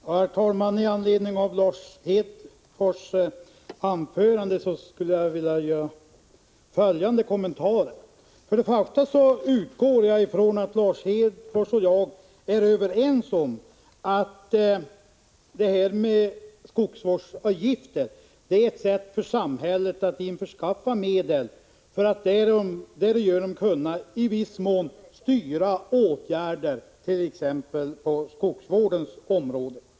Herr talman! Med anledning av Lars Hedfors anförande vill jag göra följande kommentarer. Jag utgår från att Lars Hedfors och jag är överens om att skogsvårdsavgiften är ett sätt för samhället att införskaffa medel för att därigenom kunna i viss mån styra åtgärder, t.ex. på skogsvårdens område.